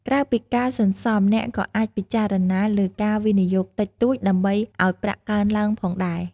ក្រៅពីការសន្សំ អ្នកក៏អាចពិចារណាលើការវិនិយោគតិចតួចដើម្បីឲ្យប្រាក់កើនឡើងផងដែរ។